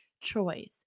choice